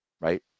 right